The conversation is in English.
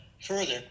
further